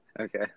okay